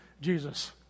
Jesus